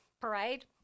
parade